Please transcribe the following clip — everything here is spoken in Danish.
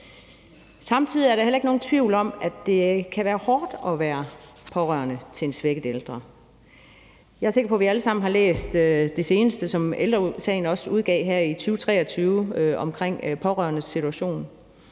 Samtidig er der heller ikke nogen tvivl om, at det kan være hårdt at være pårørende til en svækket ældre. Jeg er sikker på, vi alle sammen har læst det seneste, som Ældre Sagen også udgav her i 2023, omkring pårørendes situation,